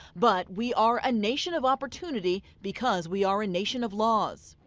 but we are a nation of opportunity because we are a nation of laws.